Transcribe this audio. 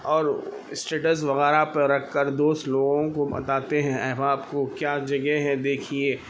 اور اسٹیٹس وغیرہ پر رکھ کر دوست لوگوں کو بتاتے ہیں احباب کو کیا جگہ ہے دیکھیے